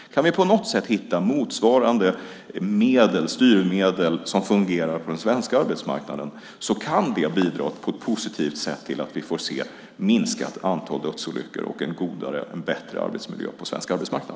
Kan vi på något sätt hitta motsvarande styrmedel som fungerar på den svenska arbetsmarknaden kan det på ett positivt sätt bidra till att vi får se ett minskat antal dödsolyckor och en godare och bättre arbetsmiljö på svensk arbetsmarknad.